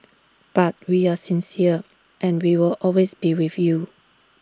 but we are sincere and we will always be with you